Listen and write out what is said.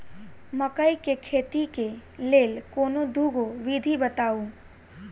मकई केँ खेती केँ लेल कोनो दुगो विधि बताऊ?